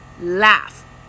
Laugh